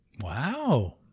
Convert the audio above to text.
Wow